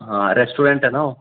ਹਾਂ ਰੈਸਟੋਰੈਂਟ ਆ ਨਾ ਉਹ